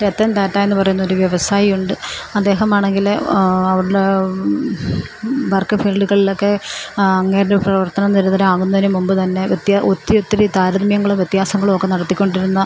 രത്തൻ ടാറ്റാ എന്നു പറയുന്നൊരു വ്യവസായിയുണ്ട് അദ്ദേഹമാണെങ്കിൽ അവരുടെ വർക്ക് ഫീൽഡുകളിലൊക്കെ അങ്ങേരുടെ പ്രവർത്തനം ആകുന്നതിനു മുമ്പ് തന്നെ ഒത്തി ഒത്തിരി താരതമ്യങ്ങളും വ്യത്യാസങ്ങളൊക്കെ നടത്തിക്കൊണ്ടിരുന്ന